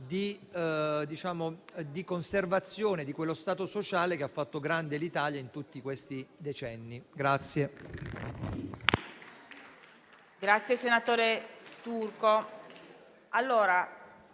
la conservazione di quello Stato sociale che ha fatto grande l'Italia in tutti questi decenni.